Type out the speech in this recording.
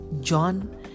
john